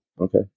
Okay